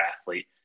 athlete